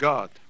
God